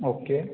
okay